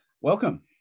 Welcome